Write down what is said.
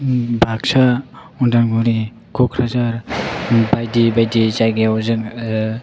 बाक्सा उदालगुरि क'क्राझार बायदि बायदि जायगायाव जोङो